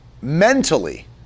mentally